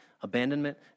abandonment